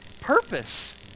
purpose